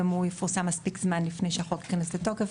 גם הוא יפורסם מספיק זמן לפני שהחוק ייכנס לתוקף,